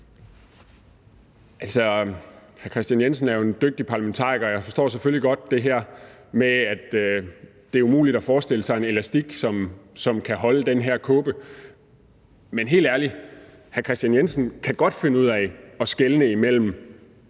Altså, hr. Kristian Jensen er jo en dygtig parlamentariker, og jeg forstår selvfølgelig godt det her med, at det er umuligt at forestille sig en elastik, som kan holde den her kåbe. Men helt ærligt, hr. Kristian Jensen kan godt finde ud af at skelne imellem